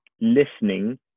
listening